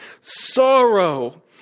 sorrow